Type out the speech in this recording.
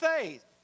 faith